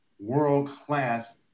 world-class